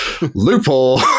Loophole